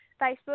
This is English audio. Facebook